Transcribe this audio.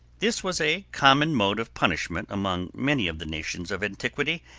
this was a common mode of punishment among many of the nations of antiquity,